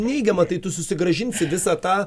neigiama tai tu susigrąžinsi visą tą